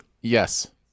yes